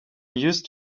used